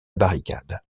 barricade